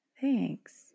Thanks